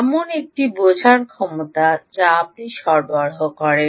এমন একটি বোঝার ক্ষমতা যা আপনি সরবরাহ করেন